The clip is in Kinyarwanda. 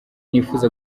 nifuza